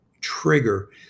trigger